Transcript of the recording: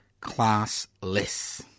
Classless